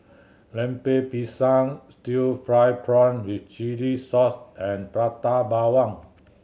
Lemper Pisang still fry prawn with chili sauce and Prata Bawang